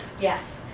Yes